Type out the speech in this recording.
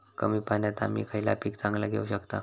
कमी पाण्यात आम्ही खयला पीक चांगला घेव शकताव?